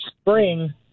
spring